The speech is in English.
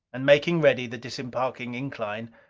and making ready the disembarking incline,